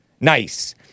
Nice